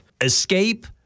escape